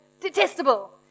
detestable